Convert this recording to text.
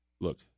look